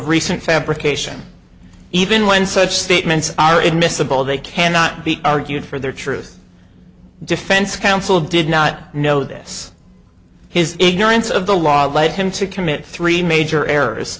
recent fabrication even when such statements are admissible they cannot be argued for their truth defense counsel did not know this his ignorance of the law it led him to commit three major errors